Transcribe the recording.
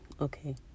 okay